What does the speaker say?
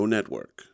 Network